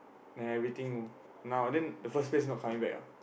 then everything now then the first place not coming back ah